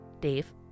Dave